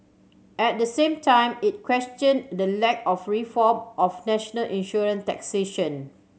at the same time it questioned the lack of reform of national insurance taxation